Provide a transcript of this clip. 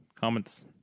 Comments